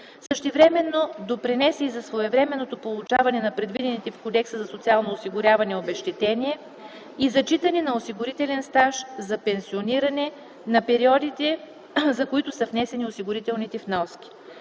Същевременно допринесе и за своевременно получаване на предвидените в Кодекса за социално осигуряване обезщетения и зачитане на осигурителен стаж за пенсиониране на периодите, за които са внесени осигурителни вноски.